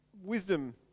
wisdom